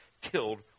killed